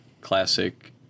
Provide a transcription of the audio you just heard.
classic